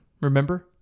Remember